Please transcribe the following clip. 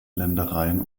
ländereien